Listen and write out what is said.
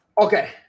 Okay